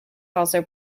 also